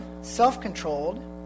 self-controlled